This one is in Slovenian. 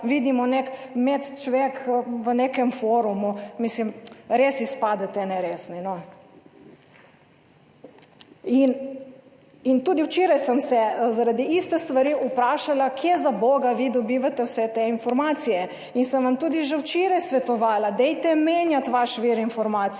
nek med čvek v nekem forumu, mislim res izpadete neresne. Tudi včeraj sem se zaradi iste stvari vprašala, kje zaboga vi dobivate vse te informacije. In sem vam tudi že včeraj svetovala, dajte menjati vaš vir informacije.